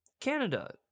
Canada